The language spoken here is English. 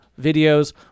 videos